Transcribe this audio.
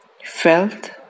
Felt